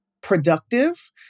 productive